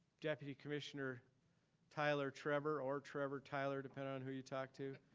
deputy commissioner tyler trevor, or trevor tyler, depend on who you talk to.